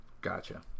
gotcha